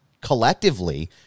collectively